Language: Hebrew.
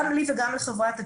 גם לי וגם לחברת הכנסת,